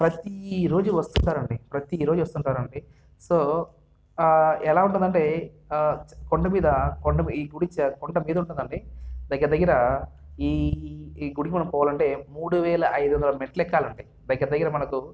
ప్రతీ రోజూ వస్తుంటారు అండి ప్రతీరోజూ వస్తుంటారు అండి సో ఎలా ఉంటాదంటే కొండ మీద కొండ ఈ గుడి కొండ మీదుంటదండి దగ్గర దగ్గర ఈ ఈ గుడి మీదకి పోవాలంటే మూడు వేల ఐదొందల మెట్లు ఎక్కాలండి దగ్గరదగ్గర మనకు